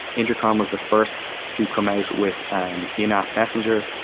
intercom was the first to come out with an in-app messenger.